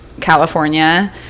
california